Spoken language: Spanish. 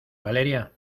valeria